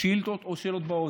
שאילתות או שאלות באוזן.